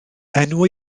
enw